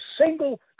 single